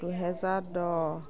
দুহেজাৰ দহ